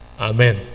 Amen